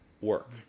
work